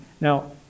Now